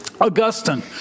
Augustine